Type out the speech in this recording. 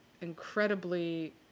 incredibly